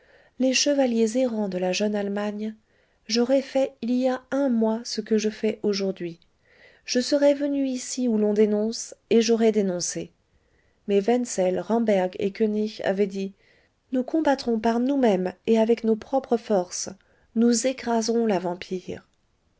les chevaliers errants de la jeune allemagne j'aurais fait il y a un mois ce que je fais aujourd'hui je serais venue ici où l'on dénonce et j'aurais dénoncé mais wenzel ramberg et koënig avaient dit nous combattrons par nous-mêmes et avec nos propres forces nous écraserons la vampire